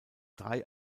drei